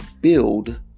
build